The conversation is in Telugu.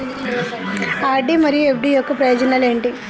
ఆర్.డి మరియు ఎఫ్.డి యొక్క ప్రయోజనాలు ఏంటి?